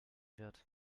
wird